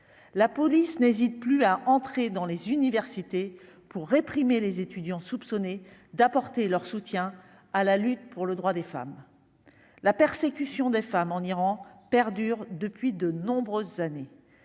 la police n'hésitent plus à entrer dans les universités pour réprimer les étudiants soupçonné d'apporter leur soutien à la lutte pour le droit des femmes, la persécution des femmes en Iran, perdure depuis de nombreuses années